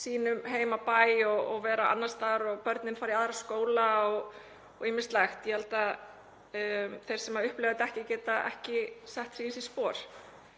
sínum heimabæ og vera annars staðar og fyrir börnin að fara í aðra skóla og ýmislegt. Ég held að þeir sem upplifa þetta ekki geti ekki sett sig í þessi spor.